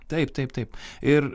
taip taip taip ir